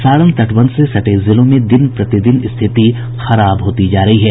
सारण तटबंध से सटे जिलों में दिन प्रतिदिन स्थिति खराब होती जा रही है